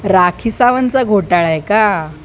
राखी सावंतचा घोटाळा आहे का